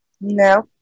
No